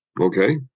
Okay